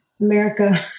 America